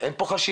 אין פה חשיבה,